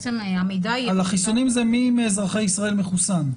על חיסונים זה מי מאזרחי ישראל מחוסן.